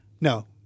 No